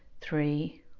three